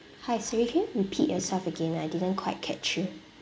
hi sir you can repeat yourself again I didn't quite catch you